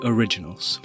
Originals